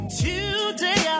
today